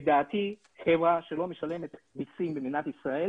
לדעתי חברה שלא משלמת מסים במדינת ישראל